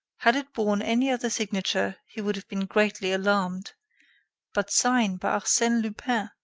had it borne any other signature, he would have been greatly alarmed but signed by arsene lupin!